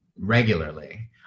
regularly